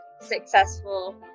successful